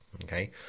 Okay